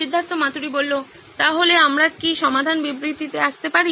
সিদ্ধার্থ মাতুরি তাহলে আমরা কি সমাধান বিবৃতিতে আসতে পারি